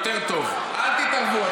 אל תתערבו.